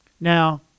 Now